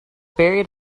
buried